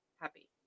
happy